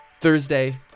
Thursday